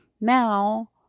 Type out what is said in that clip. Now